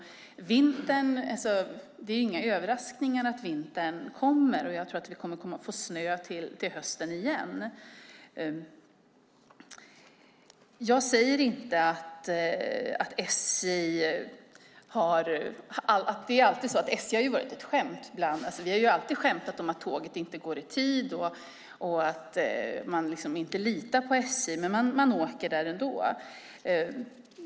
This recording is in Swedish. Det är ingen överraskning att vintern kommer, och vi kommer att få snö till hösten igen. SJ har alltid varit ett skämt. Vi har alltid skämtat om att tåget inte går i tid och att vi inte litar på SJ, men vi åker ändå.